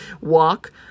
walk